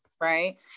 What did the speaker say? Right